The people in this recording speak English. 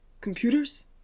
Computers